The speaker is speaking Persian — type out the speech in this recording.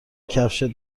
کفشت